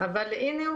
אבל הנה,